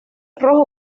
rojo